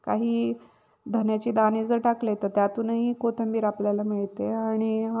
काही धण्याची दाने जर टाकले तरं त्यातूनही कोथिंबीर आपल्याला मिळते आणि